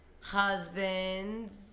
husbands